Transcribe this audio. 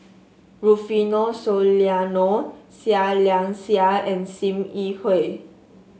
Rufino Soliano Seah Liang Seah and Sim Yi Hui